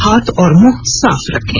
हाथ और मुंह साफ रखें